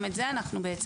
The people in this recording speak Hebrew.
גם את זה אנחנו פותחים.